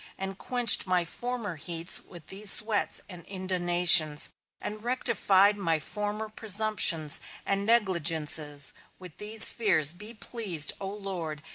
and quenched my former heats with these sweats and inundations, and rectified my former presumptions and negligences with these fears, be pleased, o lord,